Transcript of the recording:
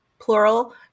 plural